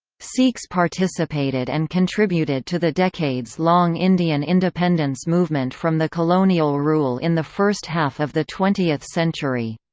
sikhs participated and contributed to the decades-long indian independence movement from the colonial rule in the first half of the twentieth century.